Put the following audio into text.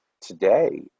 Today